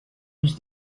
was